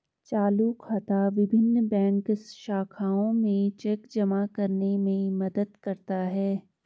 चालू खाता विभिन्न बैंक शाखाओं में चेक जमा करने में मदद करता है